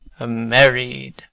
married